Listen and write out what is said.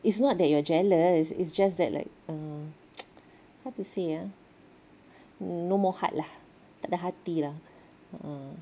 it's not that you're jealous it's just that like uh how to say ah no more heart lah tak ada hati lah a'ah